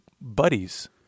buddies